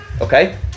okay